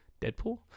Deadpool